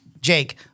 Jake